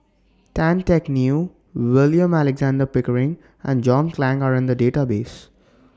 Tan Teck Neo William Alexander Pickering and John Clang Are in The Database